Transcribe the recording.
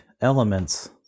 elements